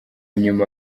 nyuma